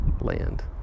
land